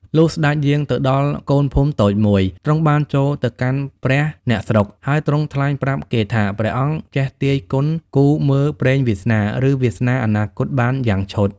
លុះស្ដេចយាងទៅដល់កូនភូមិតូចមួយ ទ្រង់បានចូលទៅកាន់ព្រះអ្នកស្រុក ហើយទ្រង់ថ្លែងប្រាប់គេថាព្រះអង្គចេះទាយគន់គូរមើលព្រេងវាសនា ឬវាសនាអនាគតបានយ៉ាងឆុត ។